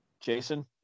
Jason